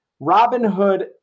Robinhood